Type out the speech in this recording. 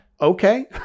Okay